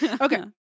Okay